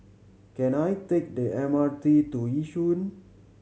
can I take the M R T to Yishun